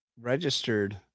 registered